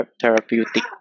therapeutic